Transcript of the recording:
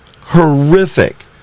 Horrific